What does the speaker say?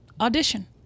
audition